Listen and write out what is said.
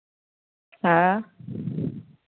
हँ